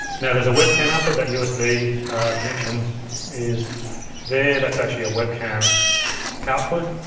now, there's a webcam output, that usb connection is there, that's actually a webcam output.